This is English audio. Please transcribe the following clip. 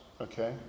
okay